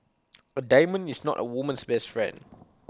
A diamond is not A woman's best friend